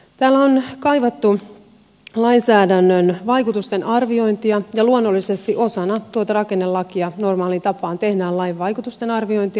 täällä on kaivattu lainsäädännön vaikutusten arviointia ja luonnollisesti osana rakennelakia normaaliin tapaan tehdään lain vaikutusten arviointia